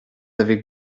avec